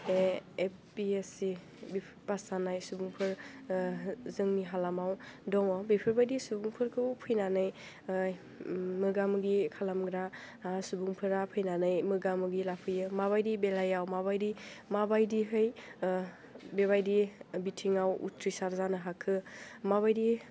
बे A P S C बेफोर pass जानाय सुबुंफोर जोंनि हालामाव दङ बेफोरबायदि सुबुंफोरखौ फैनानै मोगा मोगि खालामग्रा सुबुंफोरा फैनानै मोगा मोगि लाफैयो माबायदि बेलायाव माबायदि माबायदिहै बेबायदि बिथिङाव उथ्रिसार जानो हाखो माबायदि